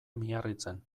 miarritzen